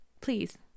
Please